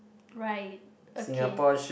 right okay